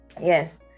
Yes